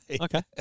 Okay